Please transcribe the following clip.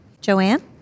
Joanne